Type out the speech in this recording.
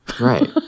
Right